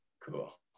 cool